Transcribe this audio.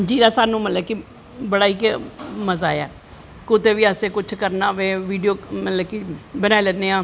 जियां साह्नू मतलव कि बड़ा गै मज़ा आया कुतै बी असैं कुश बी करनां होऐ बीडियो बनाई लैन्ने आं